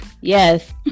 yes